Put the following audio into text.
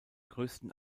größten